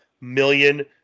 million